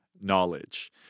knowledge